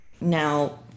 Now